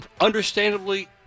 understandably